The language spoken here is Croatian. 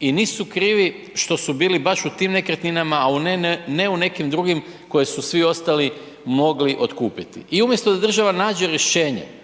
i nisu krivi što su bili baš u tim nekretninama, a ne u nekim drugim koje su svi ostali mogli otkupiti. I umjesto da država nađe rješenje